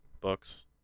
books